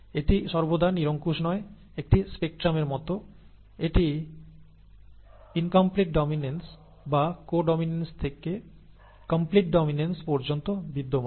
এটি সর্বদা নিরঙ্কুশ নয় একটি স্পেকট্রামের মত এটি ইনকমপ্লিট ডমিনেন্স বা কো ডমিনেন্স থেকে কমপ্লিট ডমিনেন্স পর্যন্ত বিদ্যমান